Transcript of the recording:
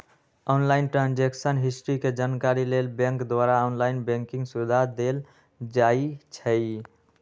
online transaction history के जानकारी लेल बैंक द्वारा ऑनलाइन बैंकिंग सुविधा देल जाइ छइ